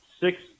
six